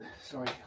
Sorry